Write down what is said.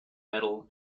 medal